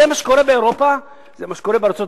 זה מה שקורה באירופה, זה מה שקורה בארצות-הברית.